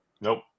Nope